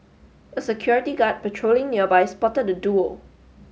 a security guard patrolling nearby spotted the duo